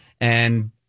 And-